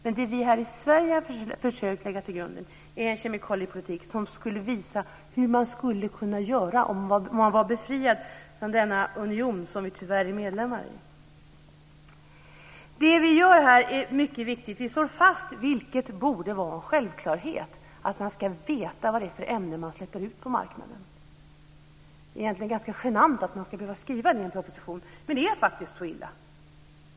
Det som vi här i Sverige har försökt lägga grunden till är en kemikaliepolitik som visar hur man skulle kunna göra om man var befriad från denna union, som Sverige tyvärr är medlem i. Det som vi gör här är mycket viktigt. Vi slår fast - vilket borde vara en självklarhet - att man ska veta vad det är för ämnen som man släpper ut på marknaden. Det är egentligen ganska genant att man ska behöva skriva det i en proposition, men det är faktiskt så illa.